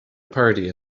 party